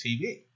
TV